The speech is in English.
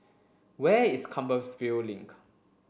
where is Compassvale Link